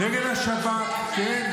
נגד השב"כ ------- כן,